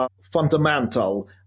fundamental